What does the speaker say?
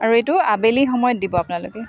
আৰু এইটো আবেলি সময়ত দিব আপোনালোকে